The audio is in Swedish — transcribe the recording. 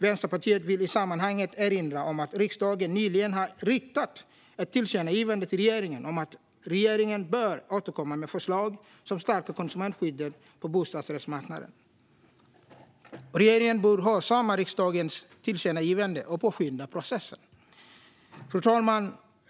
Vänsterpartiet vill i sammanhanget erinra om att riksdagen nyligen har riktat ett tillkännagivande till regeringen om att regeringen bör återkomma med förslag som stärker konsumentskyddet på bostadsrättsmarknaden. Regeringen bör hörsamma riksdagens tillkännagivande och påskynda processen. Fru talman!